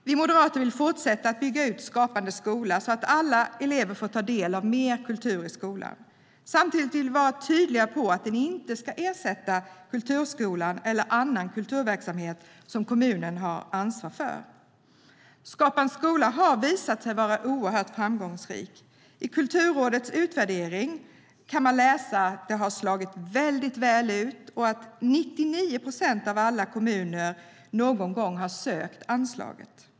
Vi moderater vill fortsätta att bygga ut Skapande skola så att alla elever får ta del av mer kultur i skolan. Samtidigt vill vi vara tydliga med att det inte ska ersätta kulturskolan eller annan kulturverksamhet som kommunen har ansvar för. Skapande skola har visat sig vara oerhört framgångsrikt. I Statens kulturråds utvärdering kan man läsa att det har slagit väldigt väl ut och att 99 procent av alla kommuner någon gång har sökt anslaget.